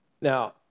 Now